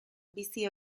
bizi